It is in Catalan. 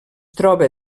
troba